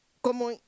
como